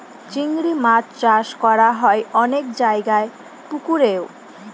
চিংড়ি মাছ চাষ করা হয় অনেক জায়গায় পুকুরেও